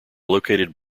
located